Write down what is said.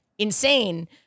insane